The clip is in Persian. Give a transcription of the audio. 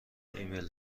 ایمیل